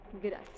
Gracias